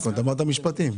המשפטים.